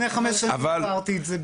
לפני חמש שנים עברתי את זה.